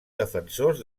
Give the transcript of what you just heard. defensors